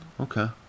Okay